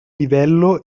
livello